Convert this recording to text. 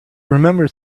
remembered